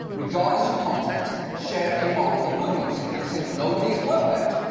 regardless of context, share a moral equivalency, and since nobody is perfect,